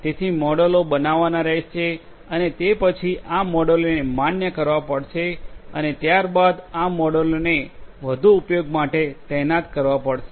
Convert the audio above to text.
તેથી મોડેલો બનાવવાના રહેશે અને તે પછી આ મોડેલોને માન્ય કરવા પડશે અને ત્યારબાદ આ મોડેલોને વધુ ઉપયોગ માટે તૈનાત કરવા પડશે